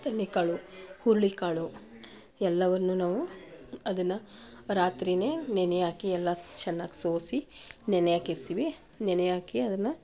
ತಣ್ಣಿಕಾಳು ಹುರುಳಿ ಕಾಳು ಎಲ್ಲವನ್ನೂ ನಾವು ಅದನ್ನು ರಾತ್ರಿಯೇ ನೆನೆ ಹಾಕಿ ಎಲ್ಲ ಚೆನ್ನಾಗಿ ಸೋಸಿ ನೆನೆ ಹಾಕಿರ್ತೀವಿ ನೆನೆ ಹಾಕಿ ಅದನ್ನು